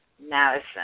Madison